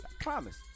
Promise